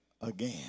again